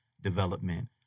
development